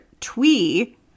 Twee